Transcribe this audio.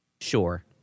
Sure